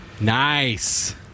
Nice